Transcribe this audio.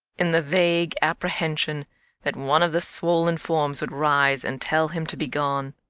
in the vague apprehension that one of the swollen forms would rise and tell him to begone.